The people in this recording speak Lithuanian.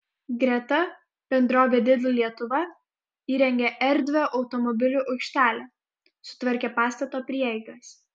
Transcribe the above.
greta bendrovė lidl lietuva įrengė erdvią automobilių aikštelę sutvarkė pastato prieigas